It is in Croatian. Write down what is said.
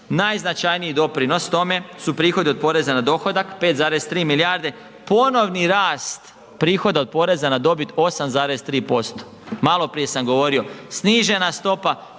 Najznačajniji doprinos tome su prihodi od poreza na dohodak 5,3 milijarde, ponovni rast prihoda od poreza na dobit 8,3%. Malo prije sam govorio snižena stopa